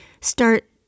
start